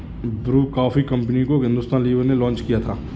Bru coffee company को Hindustan Lever ने launch किया था